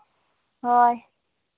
ᱦᱳᱭ